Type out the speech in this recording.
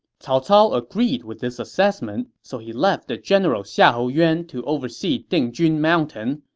cao cao agreed with this assessment, so he left the general xiahou yuan to oversee dingjun mountain,